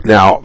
Now